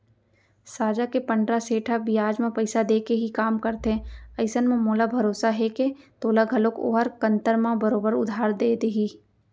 साजा के पंडरा सेठ ह बियाज म पइसा देके ही काम करथे अइसन म मोला भरोसा हे के तोला घलौक ओहर कन्तर म बरोबर उधार दे देही